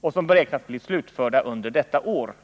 och som beräknas bli slutförda under detta år.